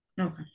okay